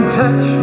touch